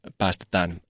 päästetään